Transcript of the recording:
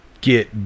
get